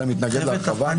אתה מתנגד להרחבה?